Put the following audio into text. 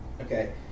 Okay